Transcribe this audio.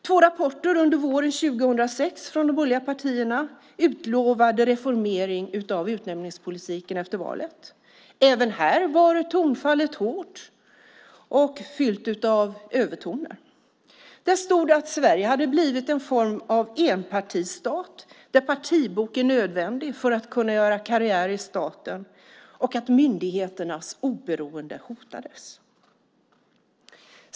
Två rapporter under våren 2006 från de borgerliga partierna utlovade en reformering av utnämningspolitiken efter valet. Även här var tonfallet hårt och fyllt av övertoner. Där stod att Sverige blivit en form av enpartistat där partibok är nödvändig för att kunna göra karriär och att myndigheternas oberoende hotades.